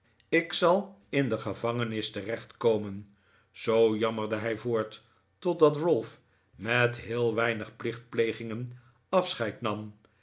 ik zal in de gevangenis terechtkomen zoo jammerde hij voort totdat ralph met heel weinig plichtplegingen afscheid nam